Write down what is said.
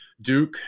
Duke